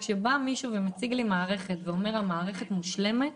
"כשבא מישהו ואומר שהמערכת מושלמת,